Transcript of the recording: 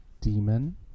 demon